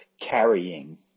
carrying